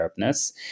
Arabness